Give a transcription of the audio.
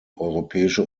europäische